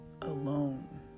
alone